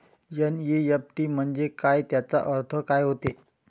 NEFT म्हंजे काय, त्याचा अर्थ काय होते?